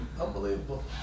Unbelievable